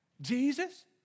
Jesus